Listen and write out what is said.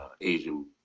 Asian